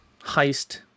heist